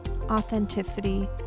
authenticity